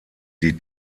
die